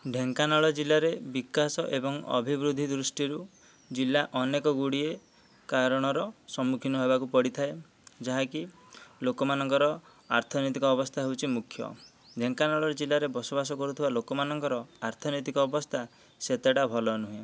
ଢେଙ୍କାନାଳ ଜିଲ୍ଲାରେ ବିକାଶ ଏବଂ ଅଭିବୃଦ୍ଧି ଦୃଷ୍ଟିରୁ ଜିଲ୍ଲା ଅନେକ ଗୁଡ଼ିଏ କାରଣର ସମ୍ମୁଖୀନ ହେବାକୁ ପଡ଼ିଥାଏ ଯାହାକି ଲୋକମାନଙ୍କର ଆର୍ଥନୈତିକ ଅବସ୍ତା ହେଉଛି ମୁଖ୍ୟ ଢେଙ୍କାନାଳ ଜିଲ୍ଲାରେ ବସବାସ କରୁଥିବା ଲୋକମାନଙ୍କର ଆର୍ଥନୈତିକ ଅବସ୍ତା ସେତେଟା ଭଲ ନୁହଁ